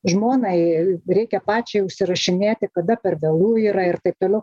žmonai reikia pačiai užsirašinėti kada per vėlu yra ir taip toliau